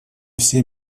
все